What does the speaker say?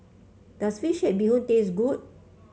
does fish head Bee Hoon taste good